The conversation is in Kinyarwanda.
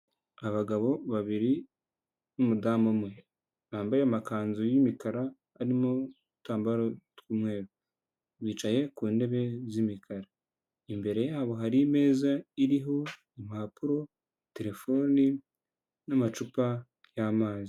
Abagabo babiri n'umudamu umwe bambaye amakanzu y'imikara arimo udutambaro tw'umweru bicaye ku ntebe z'imikara imbere yabo hari imeza iriho impapuro terefoni n'amacupa y'amazi.